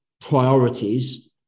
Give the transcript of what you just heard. priorities